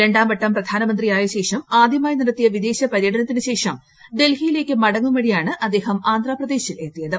രണ്ടാം വട്ടം പ്രധാനമന്ത്രിയായ ശേഷം ആദ്യമായി നടത്തിയ വിദേശ പര്യടനത്തിന് ശേഷം ഡൽഹിയിലേക്ക് മടങ്ങും വഴിയാണ് അദ്ദേഹം ആന്ധ്രാപ്രദേശിൽ എത്തിയത്